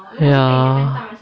ya